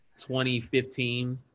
2015